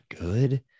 good